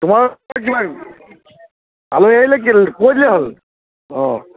তোমাৰ ফালে আলহী আহিলে কি হ'ল কৈ দিলে হ'ল অঁ